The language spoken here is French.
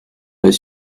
aller